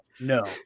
No